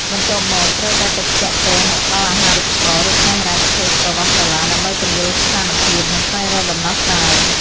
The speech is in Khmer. បន្ទាប់មក ត្រូវតែទៅទាក់ទងអ្នកផ្តល់អាហារូបករណ៍ ឬផ្នែកហិរញ្ញវត្ថុរបស់សាលា ដើម្បីពន្យល់ស្ថានភាព និងស្វែងរកដំណោះស្រាយ។